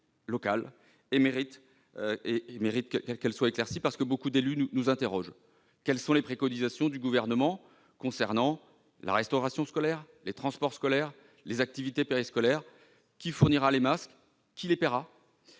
locales ; elles méritent d'être éclaircies, car beaucoup d'élus nous interrogent. Quelles sont les préconisations du Gouvernement concernant la restauration et les transports scolaires, ainsi que les activités périscolaires ? Qui fournira les masques et qui les paiera ?